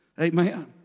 Amen